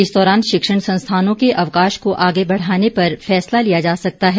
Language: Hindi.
इस दौरान शिक्षण संस्थानों के अवकाश को आगे बढ़ाने पर फैसला लिया जा सकता है